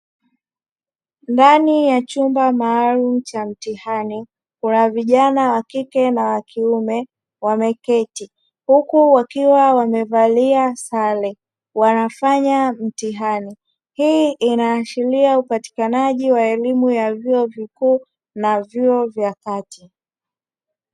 Ndani ya chumba maalumu cha mtihani kuna vijana wa kike na wa kiume wameketi huku wakiwa wamevalia sare wanafanya mtihani, hii inaashiria upatikanaji wa elimu ya vyuo vikuu na vyuo vya kati.